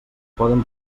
poden